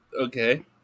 okay